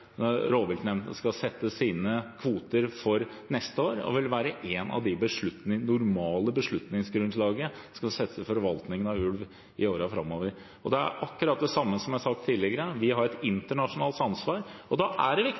for neste år. Det vil være en del av det normale beslutningsgrunnlaget for forvaltningen av ulv i årene framover. Det er akkurat det samme som jeg har sagt tidligere: Vi har et internasjonalt ansvar, og da er det viktig